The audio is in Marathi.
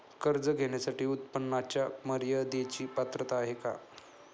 कर्ज घेण्यासाठी उत्पन्नाच्या मर्यदेची पात्रता आहे का?